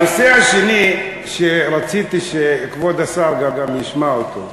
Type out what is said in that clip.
הנושא השני שרציתי שכבוד השר ישמע גם אותו: